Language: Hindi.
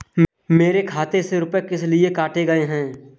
मेरे खाते से रुपय किस लिए काटे गए हैं?